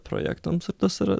projektams ir tas yra